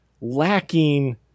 lacking